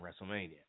WrestleMania